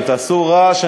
אם תעשו רעש,